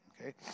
Okay